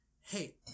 hey